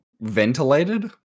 ventilated